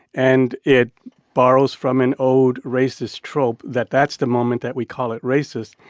and it borrows from an old racist trope, that that's the moment that we call it racist,